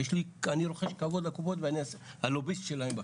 ואני רוחש כבוד לקופות ואני הלוביסט שלהם בכנסת,